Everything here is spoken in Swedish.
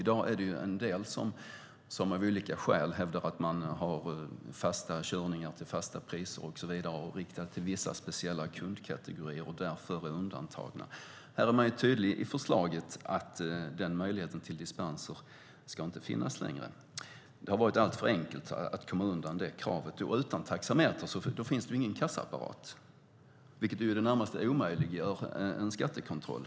I dag hävdar en del att de har fasta körningar till fasta priser, att de riktar sig till vissa speciella kundkategorier och så vidare, och är därför undantagna. I förslaget är man tydlig med att möjligheten till dispenser inte längre ska finnas. Det har varit alltför enkelt att komma undan det kravet. Utan taxameter finns det ingen kassaapparat, vilket i det närmaste omöjliggör en skattekontroll.